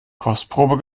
kostprobe